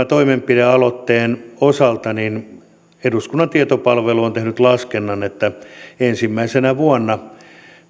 toimenpidealoitteen osalta eduskunnan tietopalvelu on tehnyt laskennan että ensimmäisenä vuonna